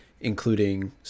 including